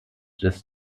des